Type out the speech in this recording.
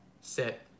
sit